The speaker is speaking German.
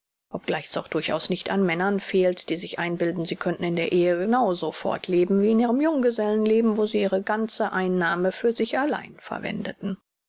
obgleich es auch durchaus nicht an männern fehlt die sich einbilden sie könnten in der ehe genau so fortleben wie in ihrem junggesellenleben wo sie ihre ganze einnahme für sich allein verwendeten